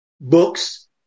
books